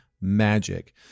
magic